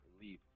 leave